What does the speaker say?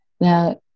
now